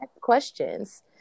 questions